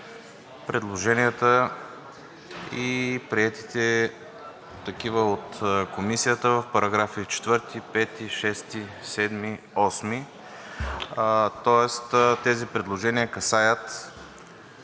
предложенията и приетите такива от Комисията в § 4, 5, 6, 7, 8, тоест тези предложения касаят